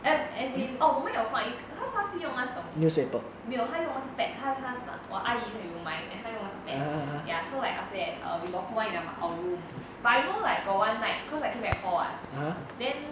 as as in oh 我们有放一个它它是用那种没有它用那个 pad 它它我阿姨有买 then 他用那个 pad ya so like after that err we got put one in our room but I know like got one night cause I came back hall [what] then